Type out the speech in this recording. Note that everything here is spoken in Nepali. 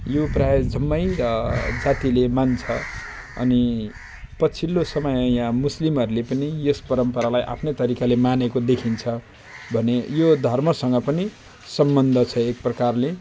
यो प्रायः जम्मै जातिले मान्छ अनि पछिल्लो समय यहाँ मुस्लिमहरूले पनि यस परम्परालाई आफ्नै तरिकाले मानेको देखिन्छ भने यो धर्मसँग पनि सम्बन्ध छ एक प्रकारले